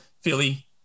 Philly